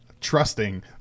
Trusting